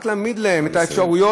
רק להעמיד להם את האפשרויות.